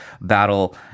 battle